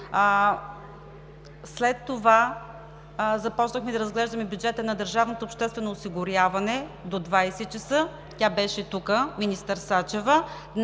след това започнахме да разглеждаме бюджета на държавното обществено осигуряване до 20 ч., тя беше тук – министър Сачева,